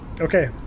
okay